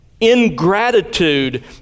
ingratitude